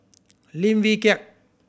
Lim Wee Kiak